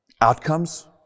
outcomes